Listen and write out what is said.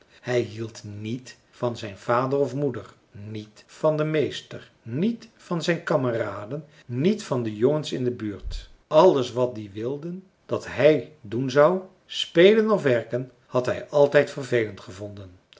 hij hield niet van zijn vader of moeder niet van den meester niet van zijn kameraden niet van de jongens in de buurt alles wat die wilden dat hij doen zou spelen of werken had hij altijd vervelend gevonden